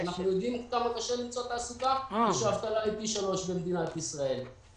אנחנו יודעים כמה קשה למצוא תעסוקה ושהאבטלה במדינת ישראל היא פי שלוש.